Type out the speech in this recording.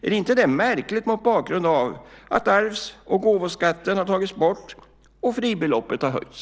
Är inte det märkligt mot bakgrund av att arvs och gåvoskatten har tagits bort och fribeloppet höjts?